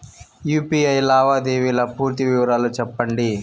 UPI లావాదేవీల పూర్తి వివరాలు సెప్పండి?